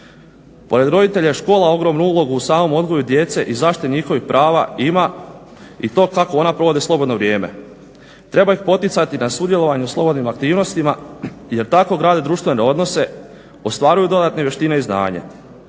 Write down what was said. Pored roditelja i škola ima ogromnu ulogu u samom odgoju djece i zaštiti njihovih prava i to kako ona provode slobodno vrijeme. Treba ih poticati na sudjelovanje u slobodnim aktivnostima jer tako grade društvene odnose, ostvaruju dodatne vještine i znanje.